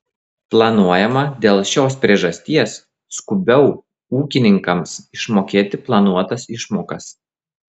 planuojama dėl šios priežasties skubiau ūkininkams išmokėti planuotas išmokas